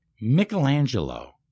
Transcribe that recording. Michelangelo